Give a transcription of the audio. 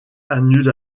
annule